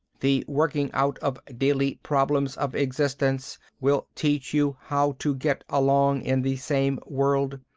the working out of daily problems of existence will teach you how to get along in the same world.